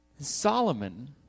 Solomon